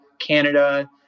Canada